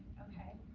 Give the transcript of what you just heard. ok?